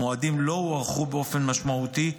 המועדים לא הוארכו באופן משמעותי,